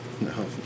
No